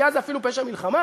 כי אז זה אפילו פשע מלחמה,